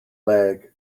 lag